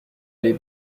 aller